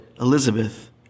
Elizabeth